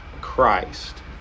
Christ